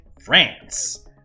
France